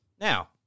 Now